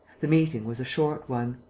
the meeting was a short one.